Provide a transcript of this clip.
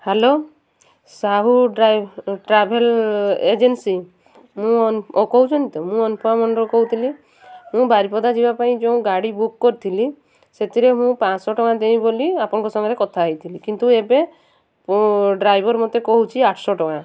hello Sahu travel agency ମୁଁ କହୁଛନ୍ତି ତ ମୁଁ ଅନୁପମା ମଣ୍ଡର କହୁଥିଲି ମୁଁ ବାରିପଦା ଯିବା ପାଇଁ ଯେଉଁ ଗାଡ଼ି ବୁକ୍ କରିଥିଲି ସେଥିରେ ମୁଁ ପାଞ୍ଚଶହ ଟଙ୍କା ଦେବି ବୋଲି ଆପଣଙ୍କ ସାଙ୍ଗରେ କଥା ହେଇଥିଲି କିନ୍ତୁ ଏବେ ଡ୍ରାଇଭର୍ ମୋତେ କହୁଛି ଆଠଶହ ଟଙ୍କା